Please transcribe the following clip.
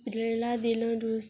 ପିଲା ଦିନରୁ